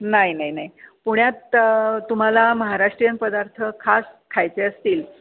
नाही नाही नाही पुण्यात तुम्हाला महाराष्ट्रीयन पदार्थ खास खायचे असतील